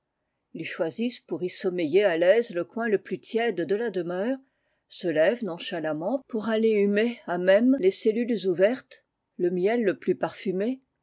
ils choisissent pour y sommeiller à taise le coin le plus tiède de la demeure se lèvent nonchalamment pour aller humer h même les cellules ouvertes le miel le plus parfumé